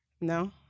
No